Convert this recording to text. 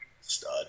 Stud